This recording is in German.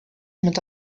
mit